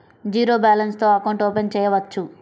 Zero balance తో account open చేయవచ్చు?